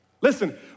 Listen